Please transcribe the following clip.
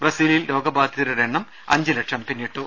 ബ്രസീലിൽ രോഗബാധിതരുടെ എണ്ണം അഞ്ചു ലക്ഷം പിന്നിട്ടു